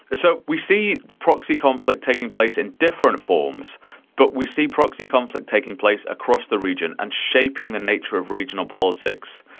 and so we see proxy conflict taking place in different forms but we see proxy conflict taking place across the region and shaping the nature of regional politics.